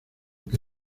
que